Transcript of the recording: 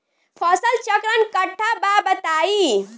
फसल चक्रण कट्ठा बा बताई?